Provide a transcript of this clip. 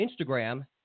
Instagram